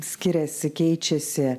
skiriasi keičiasi